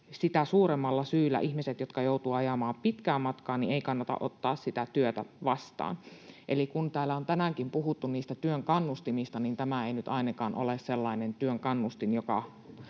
sitä suuremmalla syyllä ihmisten, jotka joutuvat ajamaan pitkää matkaa, ei kannata ottaa sitä työtä vastaan. Eli kun täällä on tänäänkin puhuttu niistä työn kannustimista, niin tämä ei nyt ainakaan ole sellainen työn kannustin, joka